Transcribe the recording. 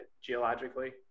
geologically